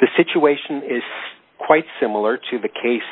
the situation is quite similar to the case